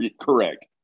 Correct